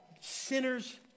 sinners